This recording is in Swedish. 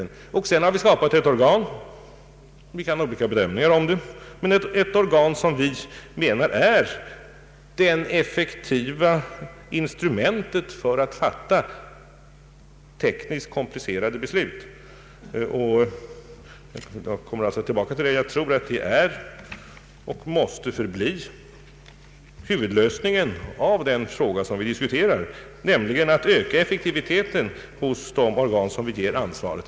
Vi har sedan skapat ett organ som enligt vår mening — man kan ha olika bedömningar därom är det effektiva instrumentet för att fatta tekniskt komplicerade beslut. Jag kommer alltså tillbaka till detta och anser att det är och bör bli huvudlösningen av det problem som vi diskuterar, nämligen att öka effektiviteten hos de organ som får ansvaret.